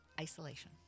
isolation